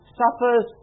suffers